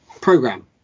program